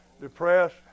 Depressed